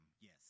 yes